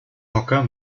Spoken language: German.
hocker